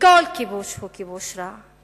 וכל כיבוש הוא כיבוש רע,